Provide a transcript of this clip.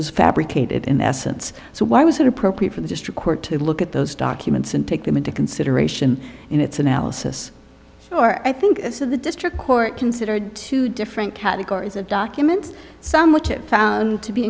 was fabricated in essence so why was it appropriate for the district court to look at those documents and take them into consideration in its analysis or i think of the district court considered two different categories of documents some which it found to be